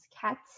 Cats